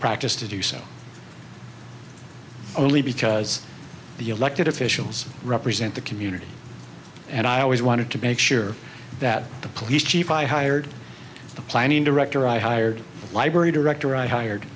practice to do so only because the elected officials represent the community and i always wanted to make sure that the police chief i hired the planning director i hired the library director i hired